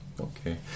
Okay